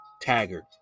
taggart